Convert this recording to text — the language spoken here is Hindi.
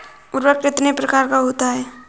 उर्वरक कितने प्रकार का होता है?